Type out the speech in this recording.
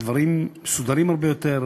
הדברים מסודרים הרבה יותר,